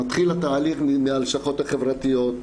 מתחיל התהליך מהלשכות החברתיות,